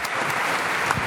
חברי